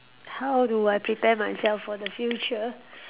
how do I prepare myself for the future